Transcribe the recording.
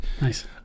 Nice